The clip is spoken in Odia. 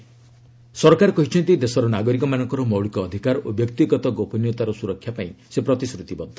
ସେଣ୍ଟର ଓ୍ତାଟ୍ସଆପ୍ ସରକାର କହିଛନ୍ତି ଦେଶର ନାଗରିକମାନଙ୍କର ମୌଳିକ ଅଧିକାର ଓ ବ୍ୟକ୍ତିଗତ ଗୋପନୀୟତାର ସୁରକ୍ଷା ପାଇଁ ସେ ପ୍ରତିଶ୍ରତିବଦ୍ଧ